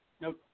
No